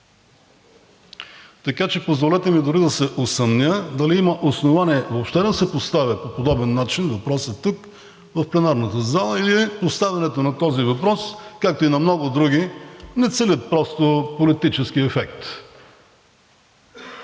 Така че позволете ми дори да се усъмня дали има основание въобще да се поставят по подобен начин въпроси тук в пленарната зала или поставянето на този въпрос, както и на много други, не целят просто политически ефект.